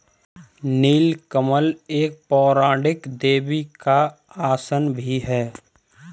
नील कमल एक पौराणिक देवी का आसन भी है